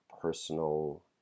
personal